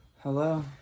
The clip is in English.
Hello